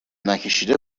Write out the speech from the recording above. نکشیده